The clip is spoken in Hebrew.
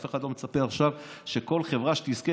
אף אחד לא מצפה עכשיו שכל חברה שתזכה